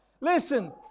listen